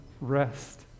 rest